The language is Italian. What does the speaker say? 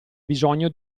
bisogno